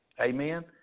Amen